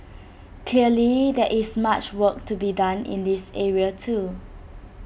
clearly there is much work to be done in this area too